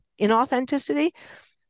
inauthenticity